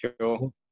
Sure